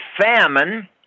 famine